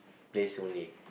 place only